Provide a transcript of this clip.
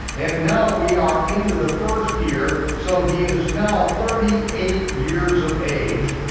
and now we are into the first year, so he is now thirty eight years of age.